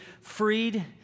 freed